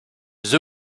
the